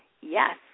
yes